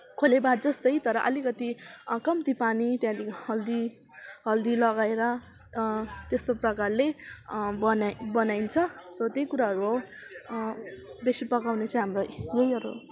खोले भात जस्तै तर अलिकति कम्ती पानी त्यहाँदेखि हल्दी हल्दी लगाएर त्यस्तो प्रकारले बना बनाइन्छ सो त्यही कुराहरू हो बेसी पकाउने चाहिँ हाम्रो यहीहरू हो